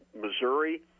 Missouri